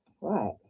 right